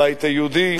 הבית היהודי,